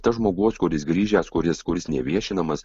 tas žmogus kuris grįžęs kuris kuris neviešinamas